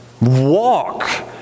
Walk